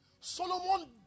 Solomon